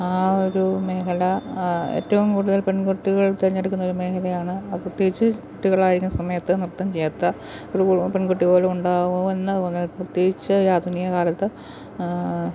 ആ ഒരു മേഖല ഏറ്റവും കൂടുതൽ പെൺകുട്ടികൾ തെരഞ്ഞെടുക്കുന്ന ഒരു മേഖലയാണ് അത് പ്രത്യേകിച്ച് കുട്ടികളായിരിക്കുന്ന സമയത്ത് നൃത്തം ചെയ്യാത്ത ഒരു കുളു പെൺകുട്ടി പോലും ഉണ്ടാകുമോ എന്നത് പ്രത്യേകിച്ച് ഈ ആധുനിക കാലത്ത്